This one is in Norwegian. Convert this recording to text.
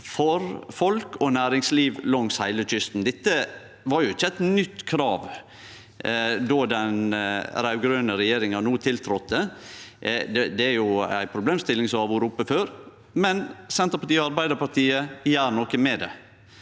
for folk og næringsliv langs heile kysten. Dette var jo ikkje eit nytt krav då den raud-grøne regjeringa no tiltredde, dette er ei problemstilling som har vore oppe før, men Senterpartiet og Arbeidarpartiet gjer noko med det.